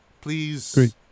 Please